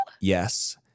Yes